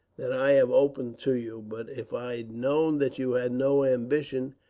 that i have opened to you but if i'd known that you had no ambition,